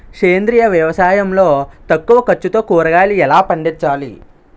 సేంద్రీయ వ్యవసాయం లో తక్కువ ఖర్చుతో కూరగాయలు ఎలా పండించాలి?